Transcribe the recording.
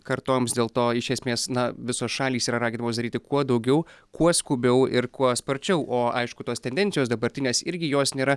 kartoms dėl to iš esmės na visos šalys yra raginamos daryti kuo daugiau kuo skubiau ir kuo sparčiau o aišku tos tendencijos dabartinės irgi jos nėra